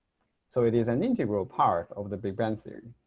so it is an integral part of the big bang theory.